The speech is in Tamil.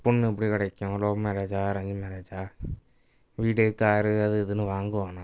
பொண்ணு எப்படி கிடைக்கும் லவ் மேரேஜா அரேஞ்ச் மேரேஜா வீடு காரு அது இதுன்னு வாங்குவானா